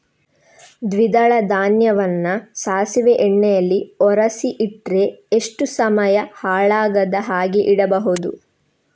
ದ್ವಿದಳ ಧಾನ್ಯವನ್ನ ಸಾಸಿವೆ ಎಣ್ಣೆಯಲ್ಲಿ ಒರಸಿ ಇಟ್ರೆ ಎಷ್ಟು ಸಮಯ ಹಾಳಾಗದ ಹಾಗೆ ಇಡಬಹುದು?